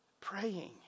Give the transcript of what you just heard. praying